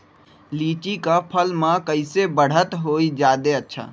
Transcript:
लिचि क फल म कईसे बढ़त होई जादे अच्छा?